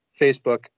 Facebook